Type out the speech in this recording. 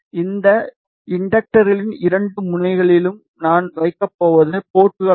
இந்த இண்டக்டர்களின் இரண்டு முனைகளிலும் நான் வைக்கப் போவது போர்ட்கள் ஆகும்